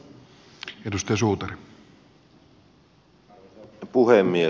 arvoisa puhemies